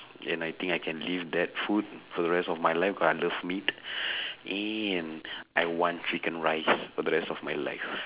and I think I can live that food for the rest of my life cause I love meat and I want chicken rice for the rest of my life